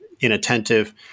inattentive